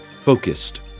focused